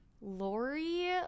Lori